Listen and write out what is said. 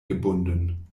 gebunden